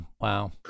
wow